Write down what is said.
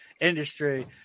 industry